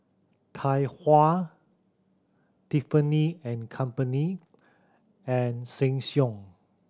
Tai Hua Tiffany and Company and Sheng Siong